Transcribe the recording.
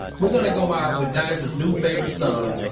we're gonna go out with nigel's new favorite song.